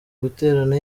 guterana